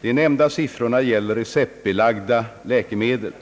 De nämnda siffrorna gäller receptbelagda läkemedel.